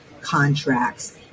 contracts